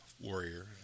warrior